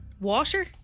Water